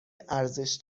ارزش